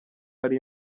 ari